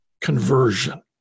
conversion